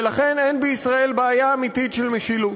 ולכן, אין בישראל בעיה אמיתית של משילות,